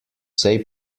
say